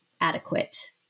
adequate